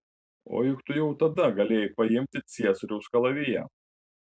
o juk tu jau tada galėjai paimti ciesoriaus kalaviją